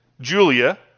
Julia